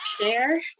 share